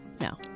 No